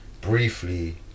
briefly